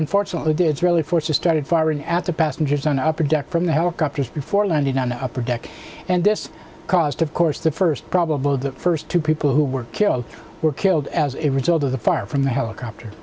unfortunately did really forces started firing at the passengers on the upper deck from the helicopters before landing on the upper deck and this caused of course the first probable the first two people who were killed were killed as a result of the fire from the helicopter